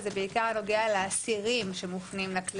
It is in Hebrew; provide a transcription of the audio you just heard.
אבל זה בעיקר נוגע לאסירים המשוחררים